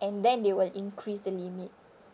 and then they will increase the limit